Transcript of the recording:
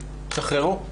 תשחררו.